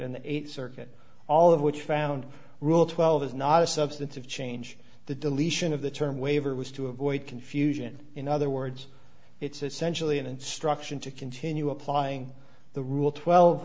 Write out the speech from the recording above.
the eighth circuit all of which found rule twelve is not a substantive change the deletion of the term waiver was to avoid confusion in other words it's essentially an instruction to continue applying the rule twelve